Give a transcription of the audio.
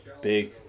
Big